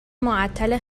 معطل